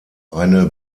eine